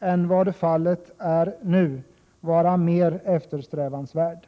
än vad fallet är nu vara mer eftersträvansvärd.